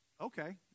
okay